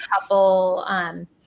couple